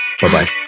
Bye-bye